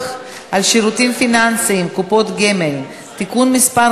על שירותים פיננסיים (קופות גמל) (תיקון מס'